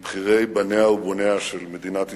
מבחירי בניה ובוניה של מדינת ישראל.